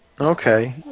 Okay